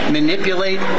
manipulate